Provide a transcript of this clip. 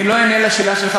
אני לא אענה על השאלה שלך,